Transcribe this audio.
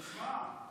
תשמע,